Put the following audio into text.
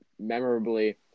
memorably